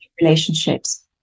relationships